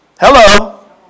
Hello